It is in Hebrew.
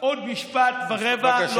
עוד משפט ורבע, לא יותר.